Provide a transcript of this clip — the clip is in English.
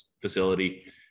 facility